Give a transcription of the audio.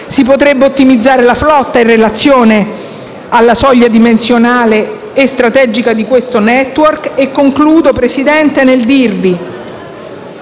si potrebbe ottimizzare la flotta in relazione alla soglia dimensionale e strategica di questo *network*. Concludo, signor Presidente, nel dire